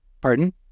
pardon